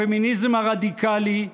הפמיניזם הרדיקלי,